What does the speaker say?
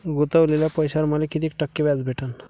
गुतवलेल्या पैशावर मले कितीक टक्के व्याज भेटन?